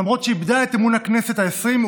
למרות שאיבדה את אמון הכנסת העשרים,